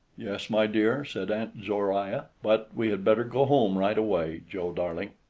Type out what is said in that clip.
yes, my dear, said aunt zoruiah. but we had better go home right away, joe darling.